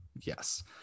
Yes